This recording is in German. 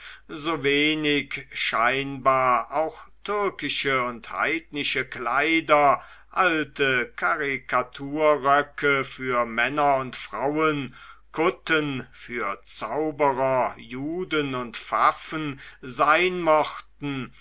so wenig scheinbar auch türkische und heidnische kleider alte karikaturröcke für männer und frauen kutten für zauberer juden und pfaffen sein mochten